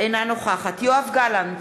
אינה נוכחת יואב גלנט,